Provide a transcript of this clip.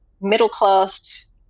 middle-class